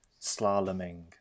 slaloming